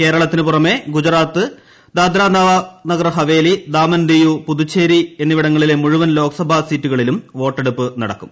കേരളത്തിനു പുറമെ ഗുജറാത്ത് ഗോവ ദാദ്രാനഗർ ഹവേലി ദാമൻ ദിയു പുതുച്ചേരി എന്നിവിടങ്ങളിലെ മുഴുവൻ ലോക്സഭാ സീറ്റുകളിലും വോട്ടെടുപ്പ് നടക്കും